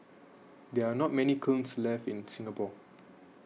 there are not many kilns left in Singapore